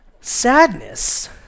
sadness